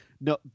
No